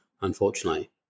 unfortunately